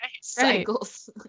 cycles